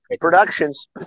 productions